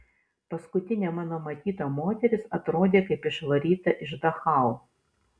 paskutinė mano matyta moteris atrodė kaip išvaryta iš dachau